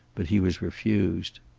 but he was refused.